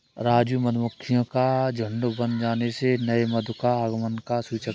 राजू मधुमक्खियों का झुंड बन जाने से नए मधु का आगमन का सूचक है